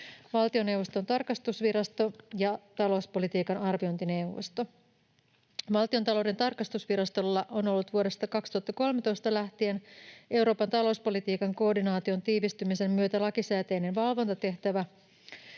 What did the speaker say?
Valtiontalouden tarkastusvirasto ja talouspolitiikan arviointineuvosto. Valtiontalouden tarkastusvirastolla on ollut vuodesta 2013 lähtien Euroopan talouspolitiikan koordinaation tiivistymisen myötä lakisääteinen valvontatehtävä